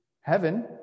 Heaven